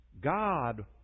God